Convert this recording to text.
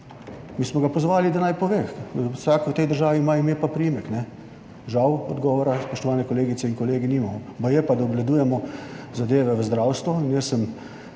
Mi smo ga pozvali, da naj pove, da vsak v tej državi ima ime pa priimek. Žal odgovora, spoštovane kolegice in kolegi, nimamo. Baje pa, da obvladujemo zadeve v zdravstvu